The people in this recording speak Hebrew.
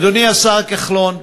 אדוני השר כחלון,